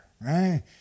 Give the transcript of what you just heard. right